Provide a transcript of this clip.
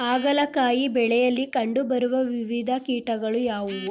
ಹಾಗಲಕಾಯಿ ಬೆಳೆಯಲ್ಲಿ ಕಂಡು ಬರುವ ವಿವಿಧ ಕೀಟಗಳು ಯಾವುವು?